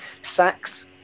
sacks